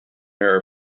era